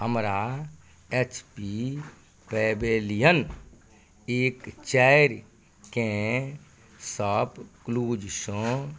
हमरा H P pavilion एक चारिके शॉपक्लूजसँ